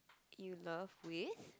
you love with